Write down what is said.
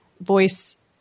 voice